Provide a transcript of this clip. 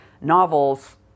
novels